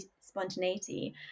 spontaneity